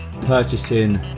purchasing